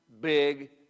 big